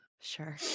Sure